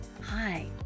Hi